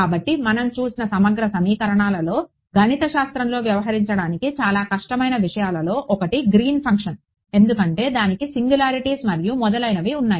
కాబట్టి మనం చూసిన సమగ్ర సమీకరణాలలో గణితశాస్త్రంతో వ్యవహరించడానికి చాలా కష్టమైన విషయాలలో ఒకటి గ్రీన్ ఫంక్షన్ ఎందుకంటే దానికి సింగులారిటీస్ మరియు మొదలైనవి ఉన్నాయి